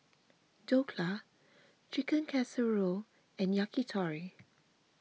Dhokla Chicken Casserole and Yakitori